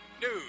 news